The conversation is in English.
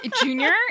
Junior